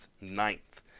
ninth